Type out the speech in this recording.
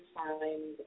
find